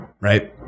Right